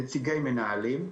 נציגי מנהלים,